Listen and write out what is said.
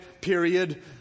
period